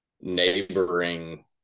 neighboring